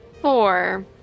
Four